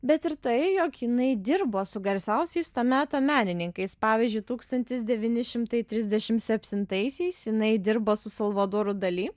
bet ir tai jog jinai dirbo su garsiausiais to meto menininkais pavyzdžiui tūkstantis devyni šimtai trisdešim septintaisiais jinai dirbo su salvadoru dali